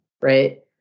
right